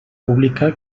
pública